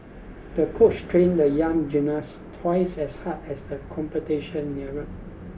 the coach trained the young gymnast twice as hard as the competition neared